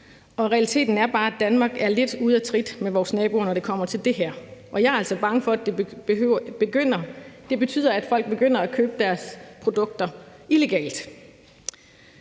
mg. Realiteten er bare, at Danmark er lidt ude af trit med vores naboer, når det kommer til det her, og jeg er altså bange for, at det betyder, at folk begynder at købe deres produkter illegalt.